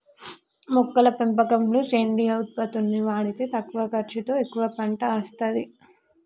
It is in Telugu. మొక్కల పెంపకంలో సేంద్రియ ఉత్పత్తుల్ని వాడితే తక్కువ ఖర్చుతో ఎక్కువ పంట అస్తది